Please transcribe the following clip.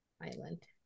island